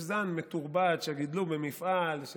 יש זן מתורבת שגידלו במפעל,